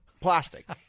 Plastic